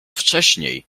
wcześniej